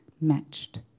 matched